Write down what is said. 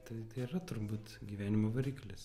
tai tai yra turbūt gyvenimo variklis